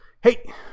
Hey